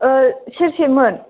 सेरसेमोन